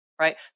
right